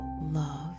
love